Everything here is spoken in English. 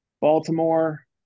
Baltimore